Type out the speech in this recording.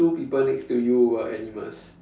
two people next to you were animals